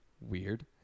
Weird